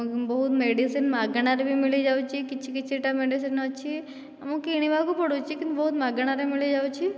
ବହୁ ମେଡ଼ିସିନ ମାଗଣାରେ ବି ମିଳିଯାଉଛି କିଛି କିଛି ଟା ମେଡ଼ିସିନ ଅଛି ଆମକୁ କିଣିବାକୁ ପଡୁଛି ବହୁତ ମାଗଣାରେ ମିଳିଯାଉଛି